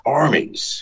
armies